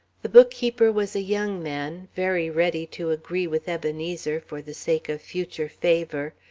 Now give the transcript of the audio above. the bookkeeper was a young man, very ready to agree with ebenezer for the sake of future favour,